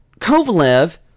Kovalev